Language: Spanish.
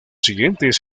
siguientes